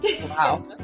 Wow